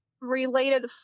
related